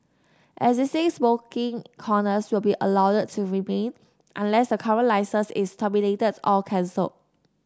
existing smoking corners will be allowed to remain unless the current licence is terminated or cancelled